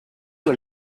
are